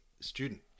student